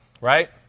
Right